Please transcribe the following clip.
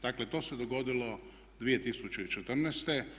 Dakle to se dogodilo 2014.